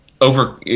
Over